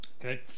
Okay